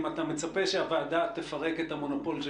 אם אתה מצפה שהוועדה תפרק את המונופול של